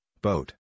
boat